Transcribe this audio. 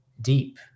deep